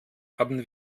haben